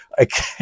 Okay